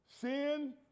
Sin